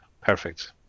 perfect